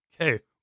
Okay